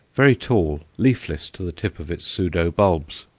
very tall, leafless to the tip of its pseudo-bulbs.